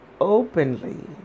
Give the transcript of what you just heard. openly